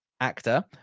actor